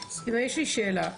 יש לי שאלה.